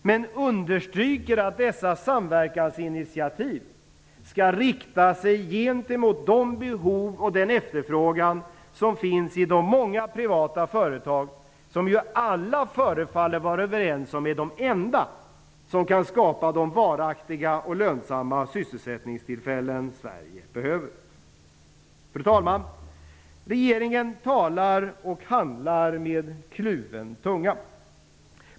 Men vi understryker att dessa samverkansinitiativ skall rikta sig mot de behov och mot den efterfrågan som finns i de många privata företag som, det förefaller alla att vara överens om, är de enda som kan skapa de varaktiga och lönsamma sysselsättningstillfällen Sverige behöver. Fru talman! Regeringen talar och handlar med kluven tunga.